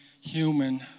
human